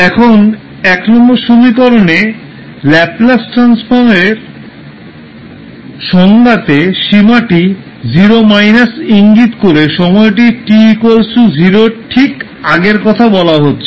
এখন সমীকরণে ল্যাপ্লাস ট্রান্সফারের সংজ্ঞাতে সীমাটি 0 ইঙ্গিত করে সময়টি t 0 এর ঠিক আগে কথা বলা হচ্ছে